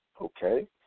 okay